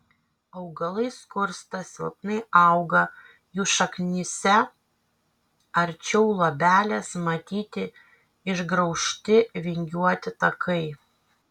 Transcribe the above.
augalai skursta silpnai auga jų šaknyse arčiau luobelės matyti išgraužti vingiuoti takai